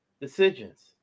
decisions